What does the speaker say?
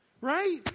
right